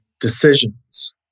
decisions